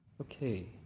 Okay